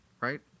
right